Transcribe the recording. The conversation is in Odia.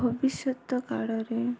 ଭବିଷ୍ୟତ କାଳରେ